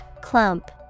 Clump